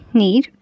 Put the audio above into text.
need